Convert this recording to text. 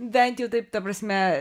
bent jau taip ta prasme